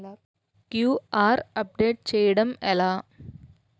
QR update చేయడం ఎలా?